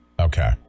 okay